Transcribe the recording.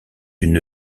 une